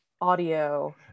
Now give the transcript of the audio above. audio